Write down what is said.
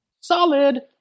Solid